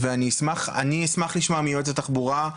אני אשמח לשמוע מיועץ התחבורה.